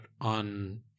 on